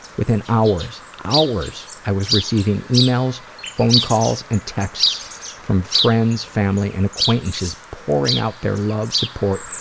within hours hours i was receiving emails, phone calls, and texts from friends, family, and acquaintances, pouring out their love, support,